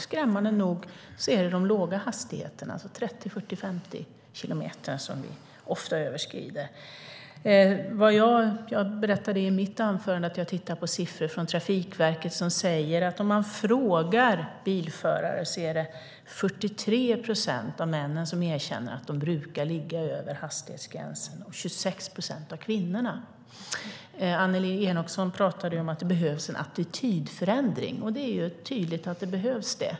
Skrämmande nog är det de låga hastigheterna - 30, 40 och 50 kilometer i timmen - som vi ofta överskrider. Jag berättade i mitt anförande att jag har tittat på siffror från Trafikverket som säger att om man frågar bilförare är det 43 procent av männen som erkänner att de brukar ligga över hastighetsgränsen och 26 procent av kvinnorna. Annelie Enochson pratade om att det behövs en attitydförändring, och det är tydligt att det behövs.